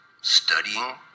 studying